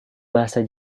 bahasa